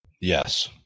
Yes